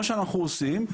מה שאנחנו עושים,